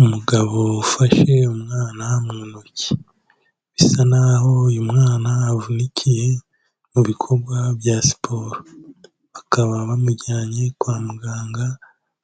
Umugabo ufashe umwana mu ntoki, bisa naho uyu mwana avunikiye mu bikorwa bya siporo, bakaba bamujyanye kwa muganga